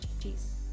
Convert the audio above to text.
peace